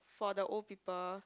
for the old people